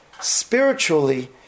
spiritually